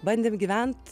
bandėm gyvent